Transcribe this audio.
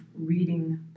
reading